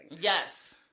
Yes